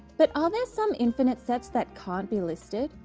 but are there some infinite sets that can't be listed?